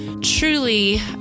truly